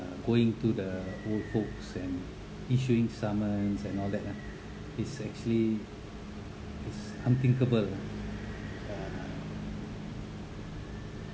uh going to the old folks and issuing summons and all that lah it's actually it's unthinkable uh